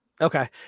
Okay